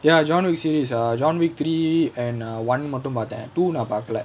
ya john wick series uh john wick three and one மட்டும் பாத்தேன்:mattum paathaen two நா பாக்கல:naa paakala